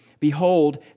Behold